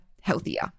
healthier